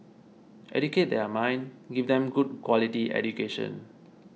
educate their mind give them good quality education